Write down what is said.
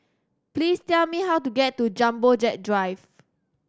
please tell me how to get to Jumbo Jet Drive